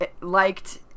liked